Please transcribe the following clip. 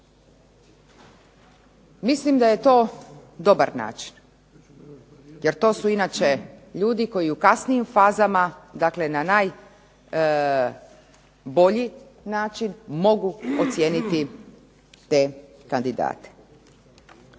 Mislim da je to dobar način jer to su inače ljudi koji u kasnijim fazama, dakle na najbolji način mogu ocijeniti te kandidate.